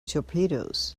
torpedoes